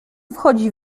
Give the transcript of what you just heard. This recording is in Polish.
wchodzi